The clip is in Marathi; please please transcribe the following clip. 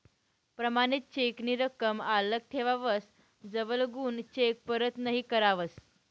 प्रमाणित चेक नी रकम आल्लक ठेवावस जवलगून चेक परत नहीं करावस